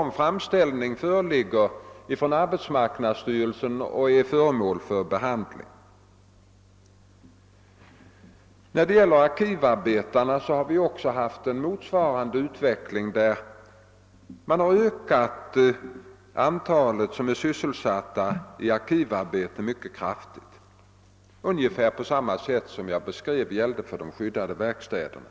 En framställning om detta har gjorts av arbetsmarknadsstyrelsen och är föremål för behandling. Beträffande arkivarbetarna föreligger en motsvarande utveckling. Antalet sysselsatta i arkivarbete har ökats mycket kraftigt, ungefär på samma sätt som i fråga om de skyddade verkstäderna.